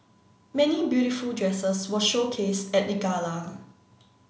many beautiful dresses were showcased at the gala